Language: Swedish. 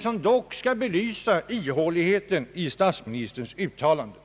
som dock skall belysa ihåligheten i statsministerns uttalande.